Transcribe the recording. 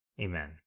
Amen